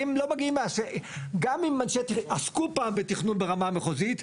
גם אם עסקו פעם בתכנון ברמה מחוזית,